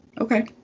Okay